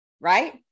Right